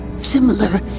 similar